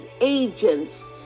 agents